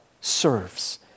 serves